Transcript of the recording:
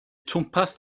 twmpath